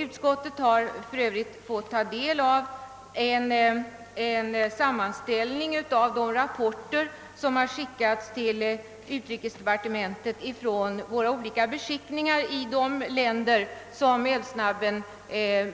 Utskottet har för Övrigt fått ta del av en sammanställning av de rapporter som utrikesdepartementet erhållit från våra beskickningar i de länder som Älvsnabben